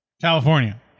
California